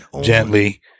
gently